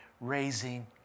raising